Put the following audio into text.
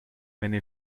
many